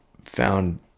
found